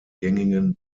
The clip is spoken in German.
gängigen